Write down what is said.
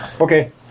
Okay